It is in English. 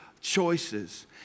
choices